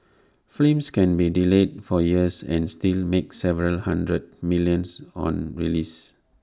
films can be delayed for years and still make several hundred millions on release